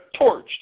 torched